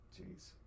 jeez